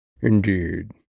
Indeed